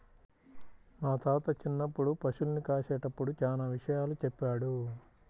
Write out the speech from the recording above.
మా తాత చిన్నప్పుడు పశుల్ని కాసేటప్పుడు చానా విషయాలు చెప్పాడు